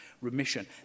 remission